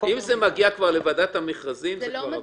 אם זה כבר מגיע לוועדת המכרזים זה כבר אבוד.